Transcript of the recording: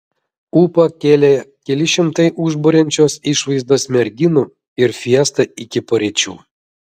ūpą kėlė keli šimtai užburiančios išvaizdos merginų ir fiesta iki paryčių